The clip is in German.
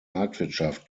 marktwirtschaft